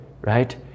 right